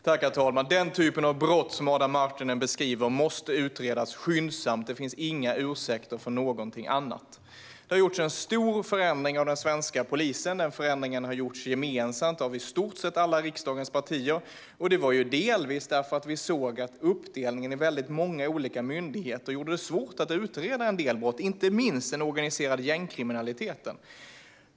Herr talman! Den typen av brott som Adam Marttinen beskriver måste utredas skyndsamt. Det finns inga ursäkter för något annat. Det har gjorts en stor förändring av den svenska polisen. Den förändringen har gjorts gemensamt av i stort sett alla riksdagens partier. Det var delvis därför att vi såg att uppdelningen i många olika myndigheter gjorde det svårt att utreda en del brott, inte minst den organiserade gängkriminaliteten.